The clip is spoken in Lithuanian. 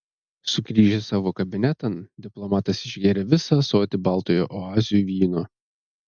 sugrįžęs savo kabinetan diplomatas išgėrė visą ąsotį baltojo oazių vyno